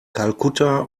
kalkutta